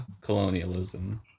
colonialism